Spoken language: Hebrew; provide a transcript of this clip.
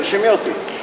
תרשמי אותי.